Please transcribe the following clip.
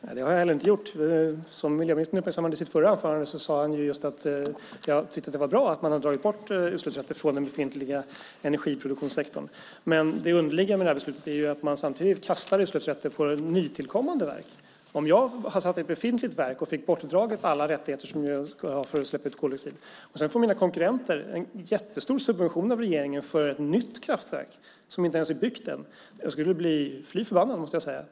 Herr talman! Det har jag inte heller gjort. Miljöministern uppmärksammade i sitt förra anförande att han tyckte att det var bra att utsläppsrätter har dragits bort från den befintliga energiproduktionssektorn. Men det underliga med beslutet är att man samtidigt kastar utsläppsrätter på nytillkommande verk. Om jag hade satsat på ett befintligt verk och hade fått borttaget alla rättigheter för utsläpp av koldioxid, och sedan hade mina konkurrenter fått en jättestor subvention av regeringen för ett nytt kraftverk som inte ens är byggt än, hade jag blivit fly förbannad.